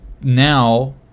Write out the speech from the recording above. now